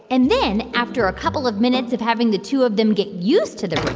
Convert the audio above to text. and then after a couple of minutes of having the two of them get used to the room,